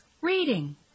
Reading